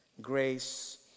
grace